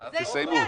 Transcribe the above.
תסיימו.